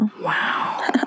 wow